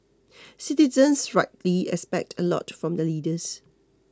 citizens rightly expect a lot from their leaders